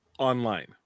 online